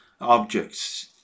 objects